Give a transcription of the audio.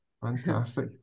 Fantastic